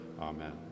Amen